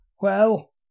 Well